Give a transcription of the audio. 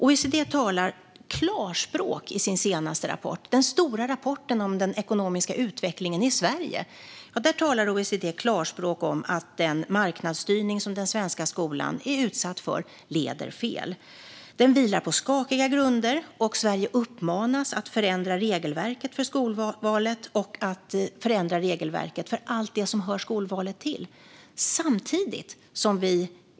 OECD talar klarspråk i sin senaste rapport - den stora rapporten om den ekonomiska utvecklingen i Sverige. Där talar OECD klarspråk om att den marknadsstyrning som den svenska skolan är utsatt för leder fel. Den vilar på skakiga grunder, och Sverige uppmanas att förändra regelverket för skolvalet och för allt som hör skolvalet till.